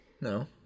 No